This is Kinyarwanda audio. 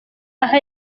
aha